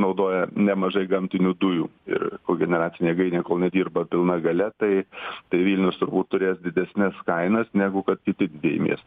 naudoja nemažai gamtinių dujų ir kol generacinė jėgainė kol nedirba pilna galia tai tai vilnius turbūt turės didesnes kainas negu kad kiti didieji miestai